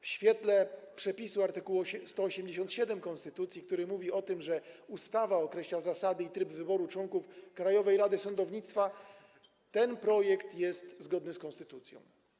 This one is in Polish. W świetle przepisu art. 187 konstytucji, który mówi o tym, że ustawa określa zasady i tryb wyboru członków Krajowej Rady Sądownictwa, ten projekt jest zgodny z konstytucją.